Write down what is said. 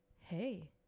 hey